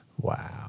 Wow